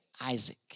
Isaac